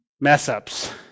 mess-ups